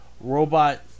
robot